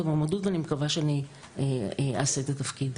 המועמדות ואני מקווה שאני אעשה את התפקיד.